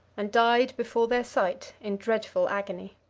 and died before their sight in dreadful agony.